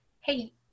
hey